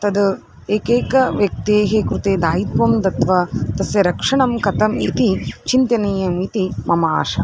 तद् एकैकव्यक्तेः कृते दायित्वं दत्वा तस्य रक्षणं कथम् इति चिन्तनीयम् इति मम आशा